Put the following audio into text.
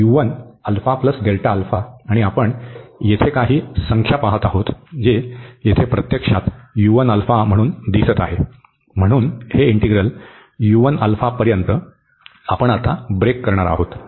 तर आणि आपण येथे काही संख्या पहात आहोत जे येथे प्रत्यक्षात म्हणून दिसत आहेत म्हणून हे इंटीग्रल पर्यंत आपण आता ब्रेक करणार आहोत